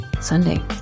Sunday